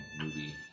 movie